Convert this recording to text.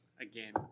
again